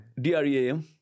D-R-E-A-M